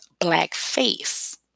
blackface